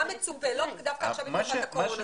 מה מצופה, לא דווקא עכשיו בתקופת הקורונה.